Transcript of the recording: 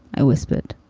i whispered